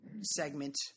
segment